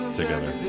together